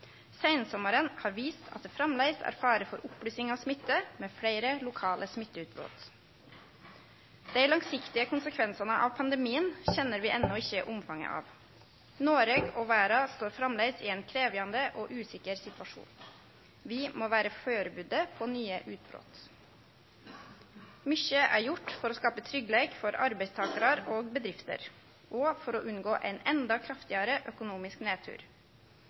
Seinsommaren har vist at det framleis er fare for oppblussing av smitte med fleire lokale smitteutbrot. Dei langsiktige konsekvensane av pandemien kjenner vi enno ikkje omfanget av. Noreg og verda står framleis i ein krevjande og usikker situasjon. Vi må vere førebudde på nye utbrot. Mykje er gjort for å skape tryggleik for arbeidstakarar og bedrifter og for å unngå ein endå kraftigare økonomisk